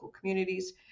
communities